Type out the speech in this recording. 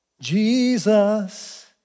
Jesus